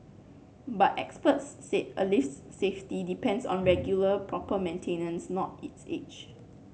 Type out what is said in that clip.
but experts said a lift's safety depends on regular proper maintenance not its age